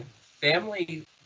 Family